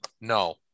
No